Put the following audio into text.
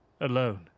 alone